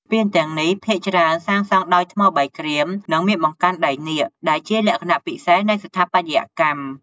ស្ពានទាំងនេះភាគច្រើនសាងសង់ដោយ ថ្មបាយក្រៀម និងមានបង្កាន់ដៃនាគ ដែលជាលក្ខណៈពិសេសនៃស្ថាបត្យកម្ម។